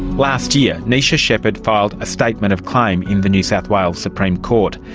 last year, neisha shepherd filed a statement of claim in the new south wales supreme court.